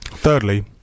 thirdly